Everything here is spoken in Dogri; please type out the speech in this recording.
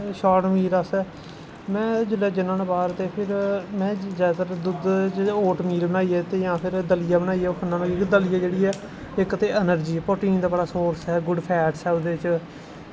शार्ट मील आस्तै में जिसलै जन्ना होना बाह्र ते दुद्ध च होर मील बनाइयै जां दलिया बनाइयै खन्ना होन्ना क्योंकि दलिया जेह्ड़ी ऐ इक ते एनर्जी प्रोटीन दा बड़ा सोर्स ऐ गुड फैटस ऐ ओह्दे बिच्च